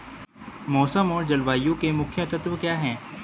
मौसम और जलवायु के मुख्य तत्व क्या हैं?